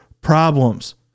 problems